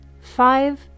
Five